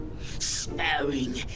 Sparing